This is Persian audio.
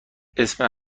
اسم